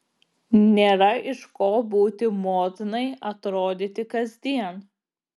nėra iš ko būti modnai atrodyti kasdien